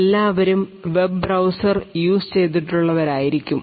എല്ലാവരും web browser use ചെയ്തിട്ടുള്ളവർ ആയിരിക്കും